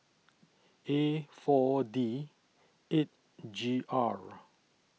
A four D eight G R